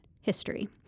history